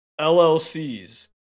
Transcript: LLCs